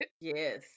yes